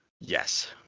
Yes